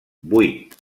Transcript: vuit